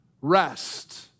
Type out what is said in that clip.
rest